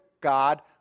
God